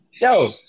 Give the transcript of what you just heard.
Yo